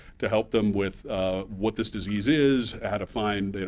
to help them with what this disease is, how to find, and